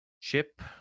Chip